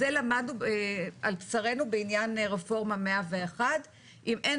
זה למדנו על בשרנו בעניין רפורמה 101. אם אין